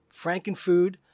Frankenfood